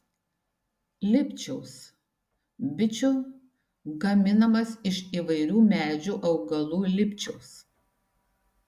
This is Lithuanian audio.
lipčiaus bičių gaminamas iš įvairių medžių augalų lipčiaus